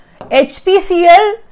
HPCL